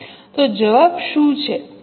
તો જવાબ શું છે